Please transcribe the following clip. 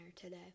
today